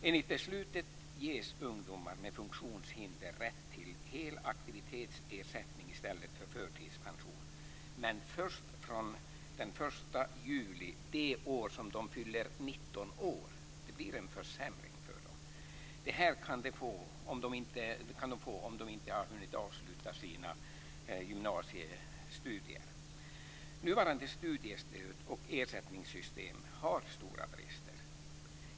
Enligt beslutet ges ungdomar med funktionshinder rätt till hel aktivitetsersättning i stället för förtidspension, men först från den 1 juli det år som de fyller 19 år. Det blir en försämring för dem. Detta kan de få om de inte har hunnit avsluta sina gymnasiestudier. Nuvarande studiestöds och ersättningssystem har stora brister.